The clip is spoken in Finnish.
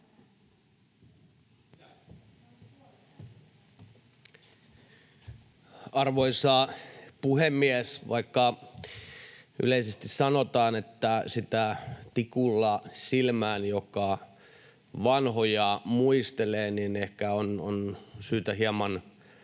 Arvoisa puhemies! Vaikka yleisesti sanotaan, että sitä tikulla silmään, joka vanhoja muistelee, niin ehkä on syytä hieman